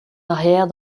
arrière